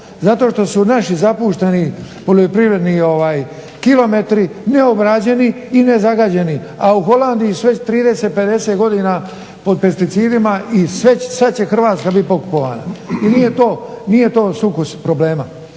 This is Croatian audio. Zato što su naši zapušteni poljoprivredni kilometri neobrađeni i nezagađeni, a u Holandiji su već 30, 50 godina pod pesticidima i sva će Hrvatska biti pokupovana. I nije to sukus problema.